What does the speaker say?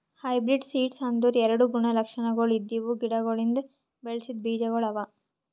hybrid seeds ಅಂದುರ್ ಎರಡು ಗುಣ ಲಕ್ಷಣಗೊಳ್ ಇದ್ದಿವು ಗಿಡಗೊಳಿಂದ್ ಬೆಳಸಿದ್ ಬೀಜಗೊಳ್ ಅವಾ